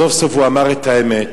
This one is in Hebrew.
סוף-סוף הוא אמר את האמת.